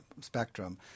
spectrum